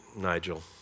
Nigel